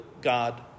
God